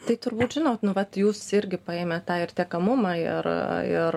tai turbūt žinot nu vat jūs irgi paėmėt tą ir tiekamumą ir ir